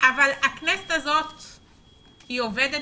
אבל הכנסת הזאת היא עובדת.